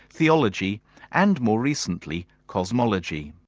theology and, more recently, cosmology.